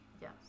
Yes